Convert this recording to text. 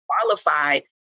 qualified